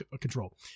control